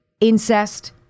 incest